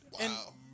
Wow